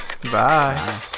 Bye